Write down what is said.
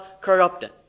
corrupted